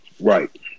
Right